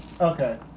Okay